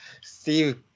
steve